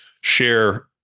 share